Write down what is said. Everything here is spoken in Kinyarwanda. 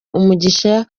umugisha